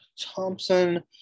Thompson